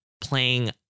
playing